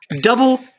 Double